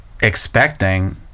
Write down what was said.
expecting